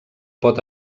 pot